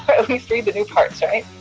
least read the new parts, right?